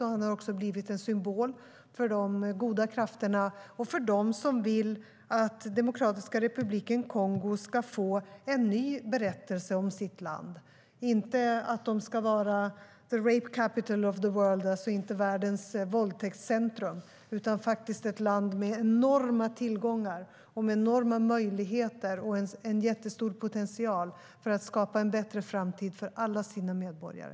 Han har också blivit en symbol för de goda krafterna och för dem som vill att Demokratiska republiken Kongo ska få en ny berättelse, inte vara the rape capital of the world, alltså inte vara världens våldtäktscentrum. Det är ett land med enorma tillgångar och möjligheter och har en stor potential att skapa en bättre framtid för alla sina medborgare.